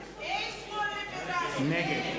נגד